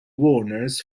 warners